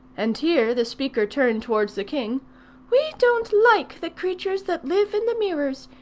and here the speaker turned towards the king we don't like the creatures that live in the mirrors.